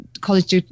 college